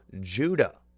Judah